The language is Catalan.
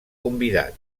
convidat